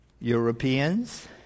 Europeans